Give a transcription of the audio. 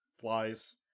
flies